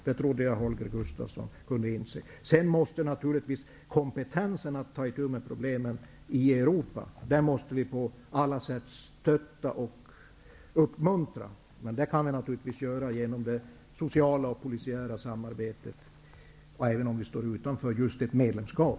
Det trodde jag Holger Gustafsson kunde inse. Kompetensen att ta uti med problemen i övriga Europa måste vi på alla sätt bidra till genom att stötta och uppmuntra. Men det kan vi naturligtvis göra genom det sociala och polisiära samarbetet, även om vi står utanför just ett medlemskap.